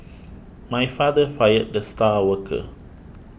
my father fired the star worker